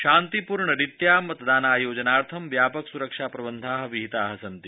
शान्तिपूर्णरीत्या मतदानायोजनार्थं व्यापक सुरक्षाप्रबन्धाः विहिताः सन्ति